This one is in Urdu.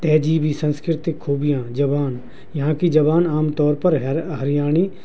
تہذیبی سنسکرتک خوبیاں زبان یہاں کی زبان عام طور پر ہریانی